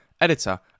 editor